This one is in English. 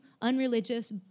unreligious